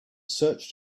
searched